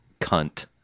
cunt